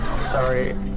Sorry